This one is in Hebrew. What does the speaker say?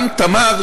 גם "תמר",